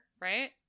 right